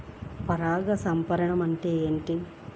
పరాగ సంపర్కం అంటే ఏమిటి?